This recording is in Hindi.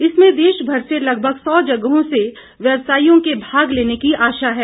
इसमें देशमर से लगभग सौ जगहों से व्यवसायियों के भाग लेने की आशा है